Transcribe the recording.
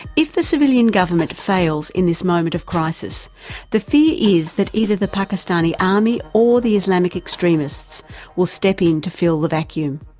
if the civilian government fails in this moment of crisis the fear is that either the pakistani army or the islamic extremists will step in to fill the vacuum.